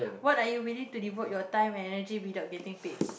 what are you willing to devote your time and energy without getting paid